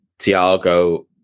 Thiago